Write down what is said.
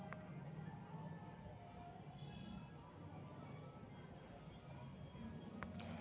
केंद्र सरकार द्वारा परंपरागत कृषि विकास योजना शुरूआत कइल गेलय